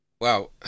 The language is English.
Wow